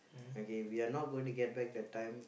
okay we are not going to get back the time